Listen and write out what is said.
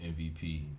MVP